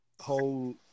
whole